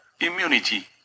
immunity